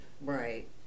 Right